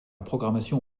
programmation